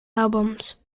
albums